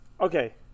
Okay